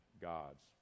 God's